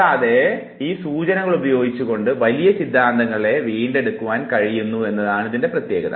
കൂടാതെ ഈ സൂചനകൾ ഉപയോഗിച്ചു കൊണ്ട് വലിയ സിദ്ധാന്തങ്ങളൊക്കെ വീണ്ടെടുക്കുവാൻ കഴിയുകയും ചെയ്യുന്നു